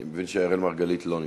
אני מבין שאראל מרגלית לא נמצא.